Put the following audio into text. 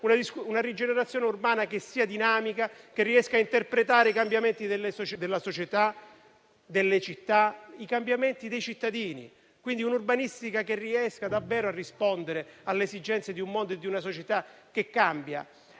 una rigenerazione urbana non più rinviabile e dinamica, che riesca a interpretare i cambiamenti della società, delle città e dei cittadini, per un'urbanistica che riesca davvero a rispondere alle esigenze di un mondo e di una società che cambia.